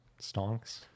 stonks